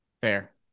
Fair